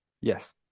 Yes